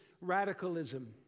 radicalism